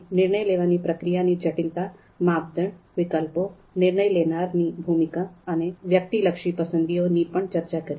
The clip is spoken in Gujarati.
અમે નિર્ણય લેવાની પ્રક્રિયા ની જટિલતા માપદંડ વિકલ્પો નિર્ણય લેનાર ની ભૂમિકા અને વ્યક્તિલક્ષી પસંદગીઓ ની પણ ચર્ચા કરી